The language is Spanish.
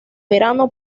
verano